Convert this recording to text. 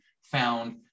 found